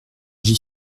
j’y